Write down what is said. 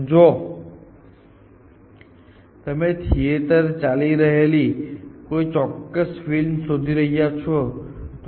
જો તમે થિયેટરમાં ચાલી રહેલી કોઈ ચોક્કસ ફિલ્મ શોધી રહ્યા છો તો તમારી પાસે એકથી વધુ ઉકેલ હોઈ શકે છે